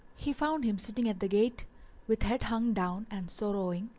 he found him sitting at the gate with head hung down and sorrowing,